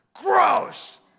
gross